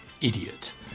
idiot